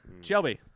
Shelby